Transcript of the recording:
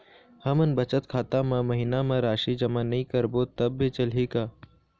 हमन बचत खाता मा महीना मा राशि जमा नई करबो तब भी चलही का?